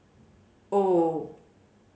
O